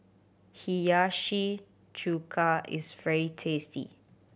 Hiyashi Chuka is very tasty